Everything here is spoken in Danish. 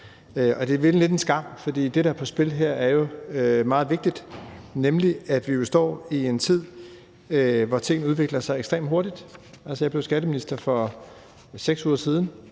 det er lidt en skam, for det, der er på spil her, er jo noget meget vigtigt, nemlig at vi står i en tid, hvor tingene udvikler sig ekstremt hurtigt. Jeg blev skatteminister for 6 uger siden.